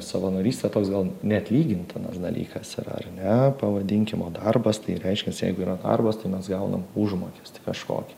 savanorystė toks gal neatlygintinas dalykas yra ar ne pavadinkim o darbas tai reiškias jeigu yra darbas tai mes gaunam užmokestį kažkokį